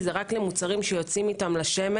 מוצר שיוצאים איתו לשמש